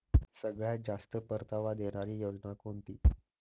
सगळ्यात जास्त परतावा देणारी योजना कोणती?